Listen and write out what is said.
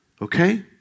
Okay